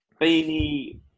Beanie